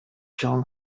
john